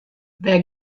wêr